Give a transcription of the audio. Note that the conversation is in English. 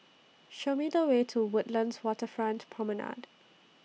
Show Me The Way to Woodlands Waterfront Promenade